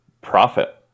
profit